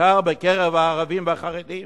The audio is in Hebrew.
בעיקר בקרב הערבים והחרדים.